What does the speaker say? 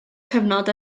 cyfnod